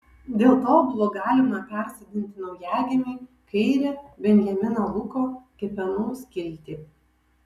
dėl to buvo galima persodinti naujagimiui kairę benjamino luko kepenų skiltį